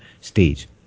stage